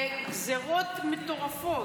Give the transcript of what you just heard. זה גזרות מטורפות.